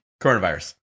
coronavirus